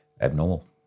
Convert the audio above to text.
abnormal